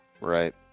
Right